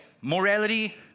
Morality